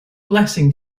blessing